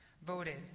voted